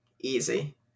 easy